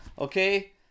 Okay